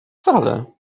wcale